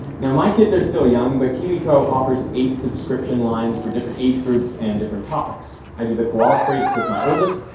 now my kids are still young, but kiwico offers eight subscription lines for different age groups and different topics. i do the koala crates with my oldest,